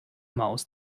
maus